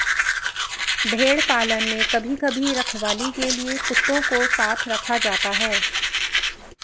भेड़ पालन में कभी कभी रखवाली के लिए कुत्तों को साथ रखा जाता है